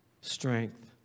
strength